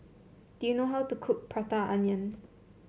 do you know how to cook Butter Calamari